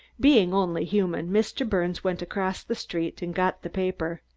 being only human, mr. birnes went across the street and got the paper.